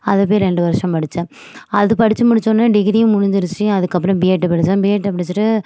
அது போய் ரெண்டு வருஷம் படிச்சேன் அது படிச்சு முடிச்ச உடனே டிகிரியும் முடிஞ்சிருச்சு அதற்கப்பறம் பிஎட்டு படிச்சேன் பிஎட்டு படிச்சிட்டு